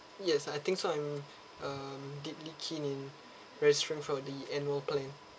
yes I think so I'm um deeply keen in restrain for the annual plan